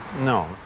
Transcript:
No